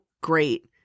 great